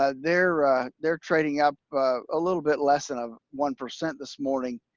ah they're they're trading up a little bit less than ah one percent this morning.